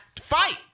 Fight